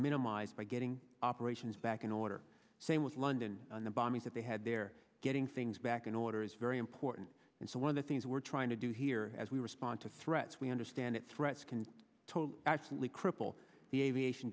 minimized by getting operations back in order same with london and the bombing that they had there getting things back in order is very important and so one of the things we're trying to do here as we respond to threats we understand threats can actually cripple the aviation